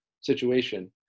situation